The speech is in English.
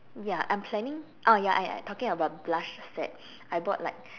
yeah I'm planning ah ya I I talking about brush set I bought like